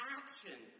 action